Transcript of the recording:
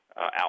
out